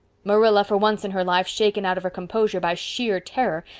marilla, for once in her life shaken out of her composure by sheer terror,